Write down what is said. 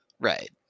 right